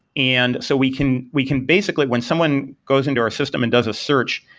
and so we can we can basically when someone goes into our system and does a search,